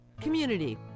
Community